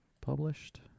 published